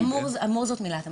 'אמור' זאת מילת המפתח.